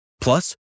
plus